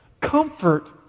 comfort